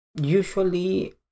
Usually